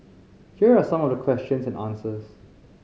here are some of the questions and answers